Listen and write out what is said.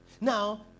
Now